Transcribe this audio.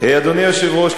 אדוני היושב-ראש,